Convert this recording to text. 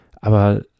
aber